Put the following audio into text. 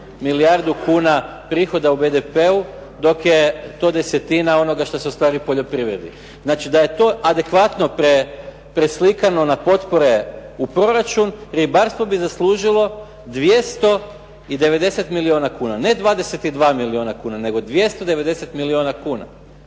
milijardu kuna prihoda u BDP-u, dok je to desetina onoga što se ostvaruje u poljoprivredi. Znači da je to adekvatno preslikano na potpore u proračun, ribarstvo bi zaslužilo 290 milijuna kuna. Ne 22 milijuna kuna, nego 290 milijuna kuna.